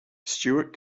stewart